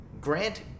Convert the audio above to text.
Grant